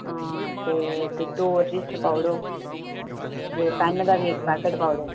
हां ते ते दो रजिस्टर पाई ओड़ो ए पैन्न दा बी इक पैकेट पाई ओड़ो